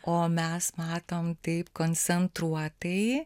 o mes matom taip koncentruotai